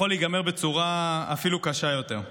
זה יכול להיגמר בצורה אפילו קשה יותר.